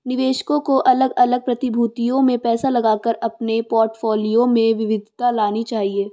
निवेशकों को अलग अलग प्रतिभूतियों में पैसा लगाकर अपने पोर्टफोलियो में विविधता लानी चाहिए